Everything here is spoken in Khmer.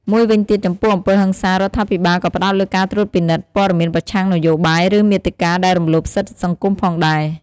មួយវិញទៀតចំពោះអំពើហិង្សា រដ្ឋាភិបាលក៏ផ្តោតលើការត្រួតពិនិត្យ ព័ត៌មានប្រឆាំងនយោបាយ ឬមាតិកាដែលរំលោភសិទ្ធិសង្គមផងដែរ។